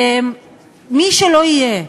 מי שלא יהיה.